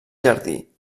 jardí